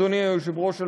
אדוני היושב-ראש,